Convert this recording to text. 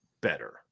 better